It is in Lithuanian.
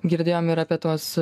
girdėjom ir apie tuos